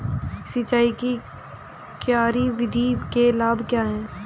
सिंचाई की क्यारी विधि के लाभ क्या हैं?